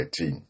13